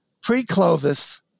pre-Clovis